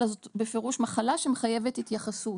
אלא זה בפירוש מחלה שמחייבת התייחסות,